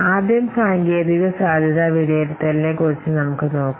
ആദ്യം ഈ സാങ്കേതിക വിലയിരുത്തലിനെക്കുറിച്ച് നമുക്ക് നോക്കാം